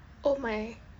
oh my